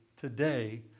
today